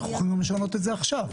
אפשר לשנות את זה עכשיו.